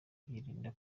yirinda